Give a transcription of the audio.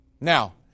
Now